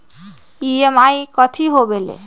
EMI कथी होवेले?